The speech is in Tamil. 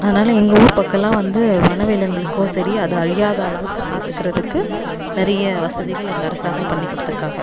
அதனாலே எங்கள் ஊர் பக்கமெலாம் வந்து வனவிலங்குகளுக்கோ சரி அது அழியாத அளவுக்கு பார்த்துக்கறதுக்கு நிறைய வசதிகள் எங்கள் அரசாங்கம் பண்ணி கொடுத்துருக்காங்க